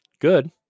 Good